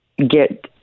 get